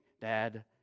dad